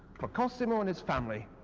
for cosimo and his famiiy,